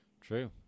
True